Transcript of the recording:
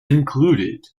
included